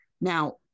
Now